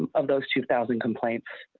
um of those two thousand complaints.